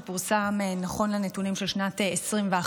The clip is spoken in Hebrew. שפורסם נכון לנתונים של שנת 2021,